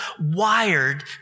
wired